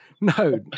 no